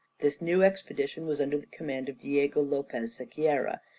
this new expedition was under the command of diego lopez sequeira,